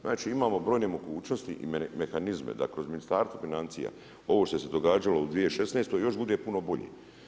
Znači imamo brojne mogućnost i mehanizme da kroz Ministarstvo financija, ovo što se događalo u 2016. još bude puno bolje.